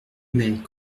mais